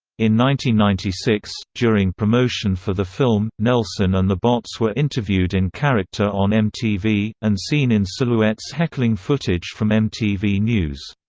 ninety ninety six, during promotion for the film, nelson and the bots were interviewed in-character on mtv, and seen in silhouettes heckling footage from mtv news.